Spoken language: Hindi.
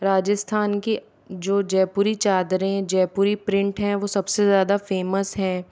राजस्थान के जो जयपुरी चादरें जयपुरी प्रिंट हैं वो सब से ज़्यादा फेमस है